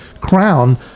crown